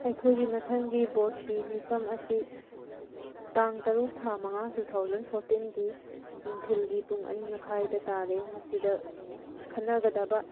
ꯑꯩꯈꯣꯏꯒꯤ ꯃꯊꯪꯒꯤ ꯚꯣꯠꯀꯤ ꯃꯤꯐꯝ ꯑꯁꯤ ꯇꯥꯡ ꯇꯔꯨꯛ ꯊꯥ ꯃꯉꯥ ꯇꯨ ꯊꯥꯎꯖꯟ ꯐꯣꯔꯇꯤꯟꯒꯤ ꯅꯨꯡꯊꯤꯜꯒꯤ ꯄꯨꯡ ꯑꯅꯤ ꯃꯈꯥꯏꯗ ꯇꯥꯔꯦ ꯃꯁꯤꯗ ꯈꯟꯅꯒꯗꯕ